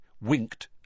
winked